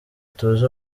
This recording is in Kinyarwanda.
tuzi